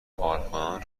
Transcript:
کارکنان